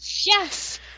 yes